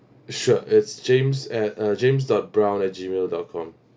sure it's james at uh james dot brown at gmail dot com